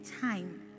time